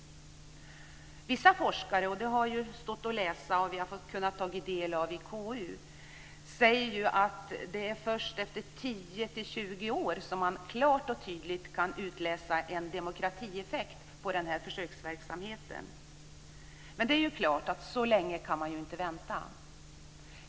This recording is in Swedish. Vi har i KU kunnat läsa om att vissa forskare menar att man först efter 10-20 år klart och tydligt kan utläsa en demokratieffekt av den här försöksverksamheten, men det är klart att man inte kan vänta så länge.